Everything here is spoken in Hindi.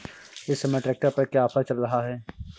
इस समय ट्रैक्टर पर क्या ऑफर चल रहा है?